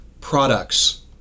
products